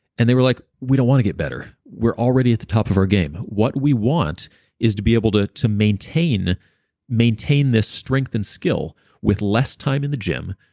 and they were like, we don't want to get better. we're already at the top of our game. what we want is to be able to to maintain maintain this strength and skill with less time in the gym,